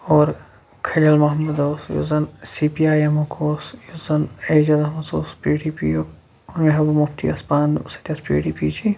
اور خٔلل محمد اوس یُس زَن سی پی آیۍ ایٚم مُک اوس یُس زَن ایجاز احمد سُہ اوس پی ڈی پی یُک محبوٗبہ مُفتی ٲسۍ پانہٕ سۄ تہِ ٲسۍ پی ڈی پی چی